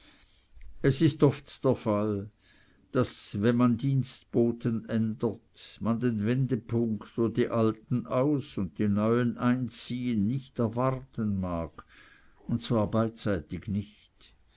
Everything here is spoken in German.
es ist oft der fall daß wenn man dienstboten ändert man den wendepunkt wo die alten aus die neuen einziehen nicht er warten mag und zwar beidseitig nicht